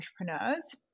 entrepreneurs